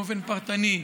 באופן פרטני,